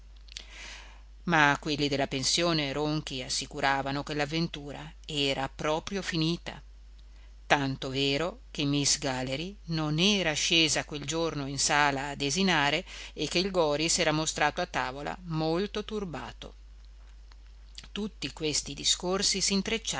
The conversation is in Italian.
ma quelli della pensione ronchi assicuravano che l'avventura era proprio finita tanto vero che miss galley non era scesa quel giorno in sala a desinare e che il gori s'era mostrato a tavola molto turbato tutti questi discorsi s'intrecciavano